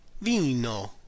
Vino